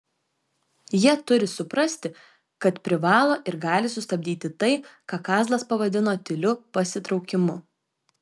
jie turi suprasti kad privalo ir gali sustabdyti tai ką kazlas pavadino tyliu pasitraukimu